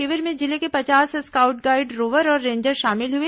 शिविर में जिले के पचास स्काउट गाईड रोवर और रेंजर शामिल हुए